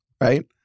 Right